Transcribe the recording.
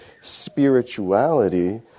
spirituality